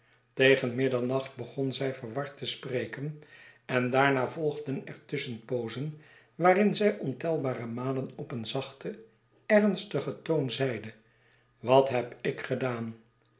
tegen middernacht begon zij verward te spreken en daarna volgden er tusschenpoozen waarin zij ontelbare malen op een zachten ernstigen toon zeide wat heb ik gedaan